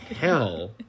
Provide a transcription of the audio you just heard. hell